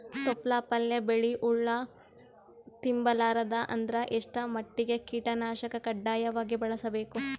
ತೊಪ್ಲ ಪಲ್ಯ ಬೆಳಿ ಹುಳ ತಿಂಬಾರದ ಅಂದ್ರ ಎಷ್ಟ ಮಟ್ಟಿಗ ಕೀಟನಾಶಕ ಕಡ್ಡಾಯವಾಗಿ ಬಳಸಬೇಕು?